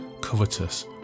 covetous